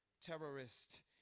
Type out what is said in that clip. terrorist